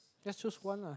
just choose one lah